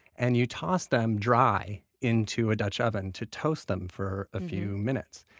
and you toss them dry into a dutch oven to toast them for a few minutes.